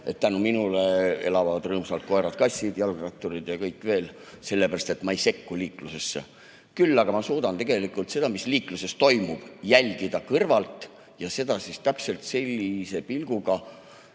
et tänu minule elavad rõõmsalt koerad-kassid, jalgratturid ja kõik, sellepärast et ma ei sekku liiklusesse. Küll aga ma suudan tegelikult seda, mis liikluses toimub, jälgida kõrvalt ühistranspordi kasutaja pilguga.